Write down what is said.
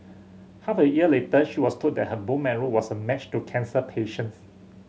half a year later she was told that her bone marrow was a match to a cancer patient's